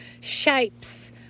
shapes